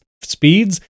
speeds